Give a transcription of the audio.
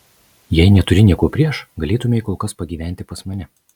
jei neturi nieko prieš galėtumei kol kas pagyventi pas mane